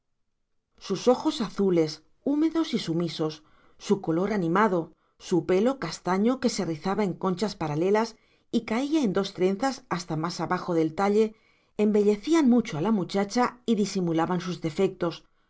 sus ojos azules húmedos y sumisos su color animado su pelo castaño que se rizaba en conchas paralelas y caía en dos trenzas hasta más abajo del talle embellecían mucho a la muchacha y disimulaban sus defectos